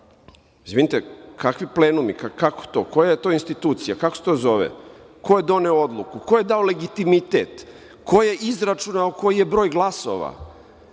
zakonom. Izvinite, kakvi plenumi, kako to, koja je to institucija? Kako se to zove? Ko je doneo odluku? Ko je dao legitimitet? Ko je izračunao koji je broj glasova?